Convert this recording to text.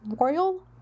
royal